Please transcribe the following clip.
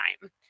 time